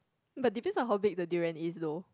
but depends on how big the durian is though